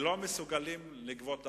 היא שהרשויות האלה לא מסוגלות לגבות ארנונה.